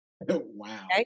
Wow